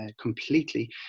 completely